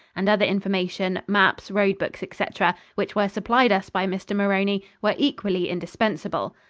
and other information, maps, road-books, etc, which were supplied us by mr. maroney, were equally indispensable.